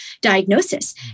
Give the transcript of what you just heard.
diagnosis